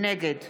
נגד